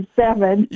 seven